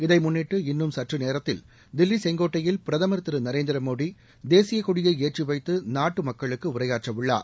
இதை முன்னிட்டு இன்னும் சற்று நேரத்தில் தில்லி செங்கோட்டையில் பிரதமர் திரு நரேந்திர மோடி தேசியக் கொடியை ஏற்றிவைத்து நாட்டு மக்களுக்கு உரையாற்ற உள்ளார்